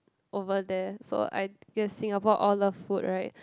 over there so I guess Singapore all love food right